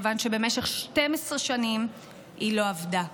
מכיוון שבמשך 12 שנים היא לא עבדה.